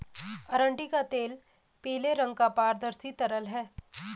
अरंडी का तेल पीले रंग का पारदर्शी तरल है